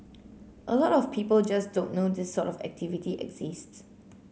a lot of people just don't know this sort of activity exists